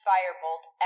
Firebolt